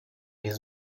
his